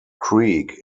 creek